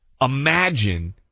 Imagine